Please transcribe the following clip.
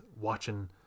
watching